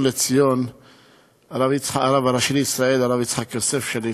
לציון הרב הראשי לישראל הרב יצחק יוסף שליט"א.